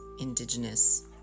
indigenous